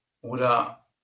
Oder